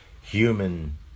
human